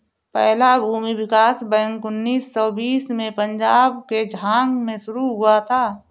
पहला भूमि विकास बैंक उन्नीस सौ बीस में पंजाब के झांग में शुरू हुआ था